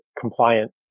compliant